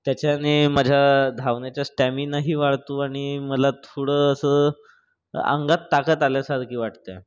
त्याच्याने माझ्या धावण्याचा स्टॅमिनाही वाढतो आणि मला थोडं असं अंगात ताकद आल्यासारखी वाटते